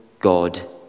God